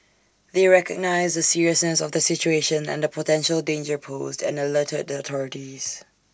they recognised the seriousness of the situation and the potential danger posed and alerted the authorities